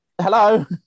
hello